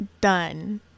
done